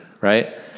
Right